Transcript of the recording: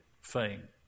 fame